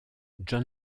john